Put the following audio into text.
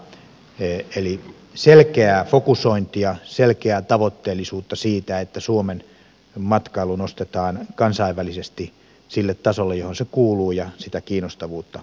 eli selkeää fokusointia selkeää tavoitteellisuutta siitä että suomen matkailu nostetaan kansainvälisesti sille tasolle johon se kuuluu ja sitä kiinnostavuutta lisätään